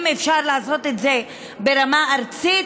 אם אפשר לעשות את זה ברמה ארצית,